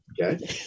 Okay